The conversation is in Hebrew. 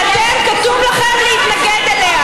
אנחנו לא נתמוך בחוק הזה.